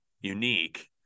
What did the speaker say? unique